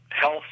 health